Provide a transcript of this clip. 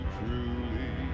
truly